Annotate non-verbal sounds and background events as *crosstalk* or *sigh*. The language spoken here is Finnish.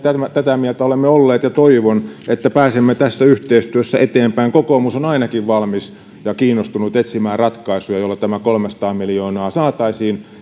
tätä mieltä olemme olleet ja toivon että pääsemme tässä yhteistyössä eteenpäin kokoomus on ainakin valmis ja kiinnostunut etsimään ratkaisuja joilla tämä kolmesataa miljoonaa saataisiin *unintelligible*